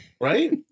Right